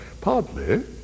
Partly